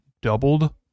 doubled